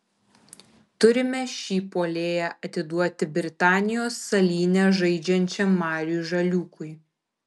turime šį puolėją atiduoti britanijos salyne žaidžiančiam mariui žaliūkui